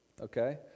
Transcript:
okay